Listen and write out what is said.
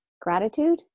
gratitude